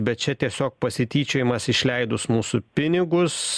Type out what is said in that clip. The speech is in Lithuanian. bet čia tiesiog pasityčiojimas išleidus mūsų pinigus